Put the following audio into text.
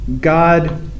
God